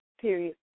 Period